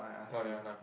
oh ya nah